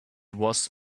was